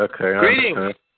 okay